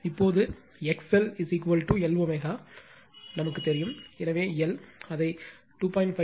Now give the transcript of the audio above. இப்போது XLLω என்று நமக்குத் தெரியும் எனவே எல் அதை 2